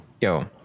yo